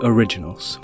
Originals